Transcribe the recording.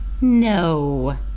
No